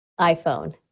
iPhone